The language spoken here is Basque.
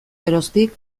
geroztik